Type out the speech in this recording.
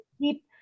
keep